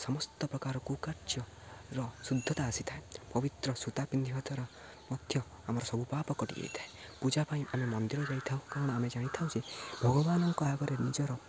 ସମସ୍ତ ପ୍ରକାର କୁକାର୍ଯ୍ୟର ଶୁଦ୍ଧତା ଆସିଥାଏ ପବିତ୍ର ସୂତା ପିନ୍ଧିବା ଦ୍ୱାରା ମଧ୍ୟ ଆମର ସବୁ ପାପ କଟି ଯାଇଥାଏ ପୂଜା ପାଇଁ ଆମେ ମନ୍ଦିର ଯାଇଥାଉ କାରଣ ଆମେ ଜାଣିଥାଉ ଯେ ଭଗବାନଙ୍କ ଆଗରେ ନିଜର